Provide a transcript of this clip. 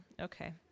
Okay